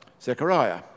Zechariah